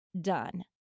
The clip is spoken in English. done